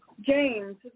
James